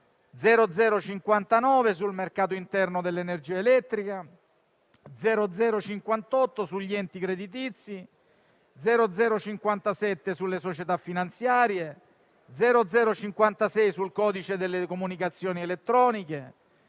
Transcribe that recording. sul mercato interno dell'energia elettrica; 2021/0058 sugli enti creditizi; 2021/0057, sulle società finanziarie; 2021/0056, sul codice delle comunicazioni elettroniche;